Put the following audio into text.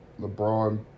LeBron